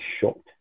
shocked